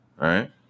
right